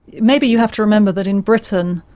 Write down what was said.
maybe you have to remember that in britain,